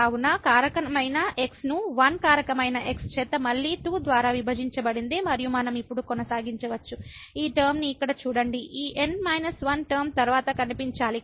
కావున కారకమైన x ను 1 కారకమైన x చేత మళ్ళీ 2 ద్వారా విభజించబడింది మరియు మనం ఇప్పుడు కొనసాగించవచ్చు ఈ టర్మ ని ఇక్కడ చూడండి ఈ N −1 టర్మ తర్వాత కనిపించాలి